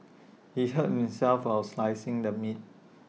he hurt himself while slicing the meat